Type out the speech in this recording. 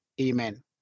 amen